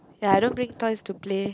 ya I don't bring toys to play